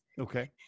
okay